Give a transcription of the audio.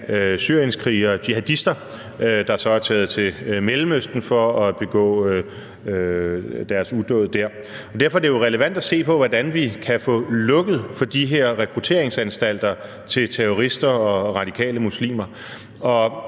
syrienskrigere, jihadister, der så er taget til Mellemøsten for at begå deres udåd der, og derfor er det jo relevant at se på, hvordan vi kan få lukket for de her rekrutteringsanstalter til terrorister og radikale muslimer.